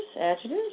adjectives